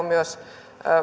myös